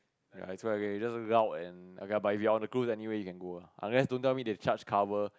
ya it's quite okay just log and okay lah if you're on the cruise anyway you can go unless don't tell me they charge cover